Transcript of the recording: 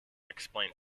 explains